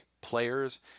players